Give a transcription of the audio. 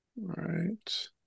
right